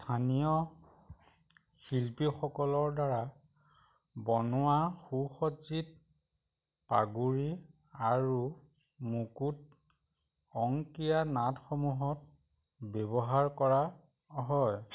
স্থানীয় শিল্পীসকলৰদ্বাৰা বনোৱা সুসজ্জিত পাগুৰি আৰু মুকুট অংকীয়া নাটসমূহত ব্যৱহাৰ কৰা হয়